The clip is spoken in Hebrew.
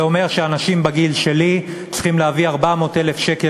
זה אומר שאנשים בגיל שלי צריכים להביא 400,000 שקלים